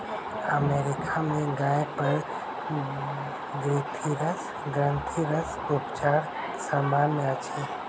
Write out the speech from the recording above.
America में गाय पर ग्रंथिरस उपचार सामन्य अछि